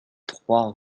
trois